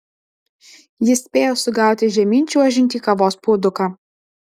jis spėjo sugauti žemyn čiuožiantį kavos puoduką